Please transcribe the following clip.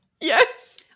Yes